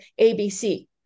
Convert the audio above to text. abc